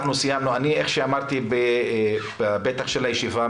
כמו שאמרתי בפתח הישיבה,